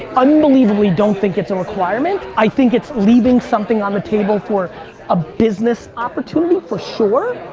unbelievably don't think it's a requirement, i think it's leaving something on the table for a business opportunity for sure,